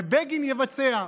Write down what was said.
ובגין יבצע".